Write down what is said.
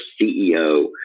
CEO